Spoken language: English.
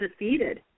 defeated